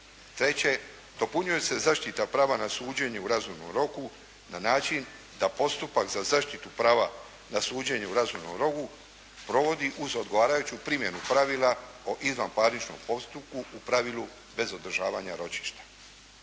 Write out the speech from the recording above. Treće, dopunjuje se zaštita prava na suđenje u razumnom roku na način da postupak za zaštitu prava na suđenje u razumnom roku provodi uz odgovarajuću primjenu pravila o izvanparničnom postupku, u pravilu bez održavanja ročišta.